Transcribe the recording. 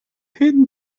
hidden